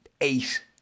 eight